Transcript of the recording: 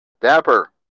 Dapper